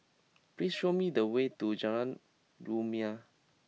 please show me the way to Jalan Rumia